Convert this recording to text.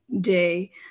day